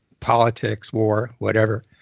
politics, war, whatever,